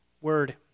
Word